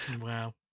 Wow